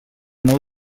nou